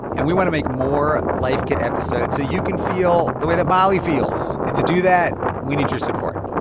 and we want to make more life kit episodes so you can feel the way that molly feels. and to do that, we need your support.